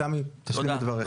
סמי, תשלים את דבריך.